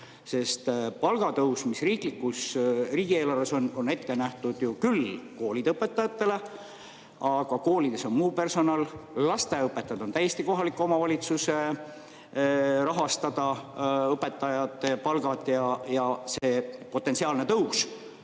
sest palgatõus, mis riigieelarves on, on ette nähtud ju küll koolide õpetajatele, aga koolides on ka muu personal. Lasteaiaõpetajad on täiesti kohaliku omavalitsuse rahastada. [Lasteaia]õpetajate palgad ja see potentsiaalne tõus,